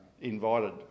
invited